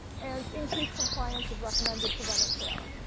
and increased compliance with recommended preventive care.